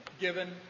given